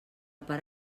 part